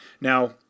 Now